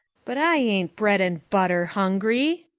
but i ain't bread and butter hungry,